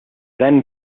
then